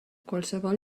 qualsevol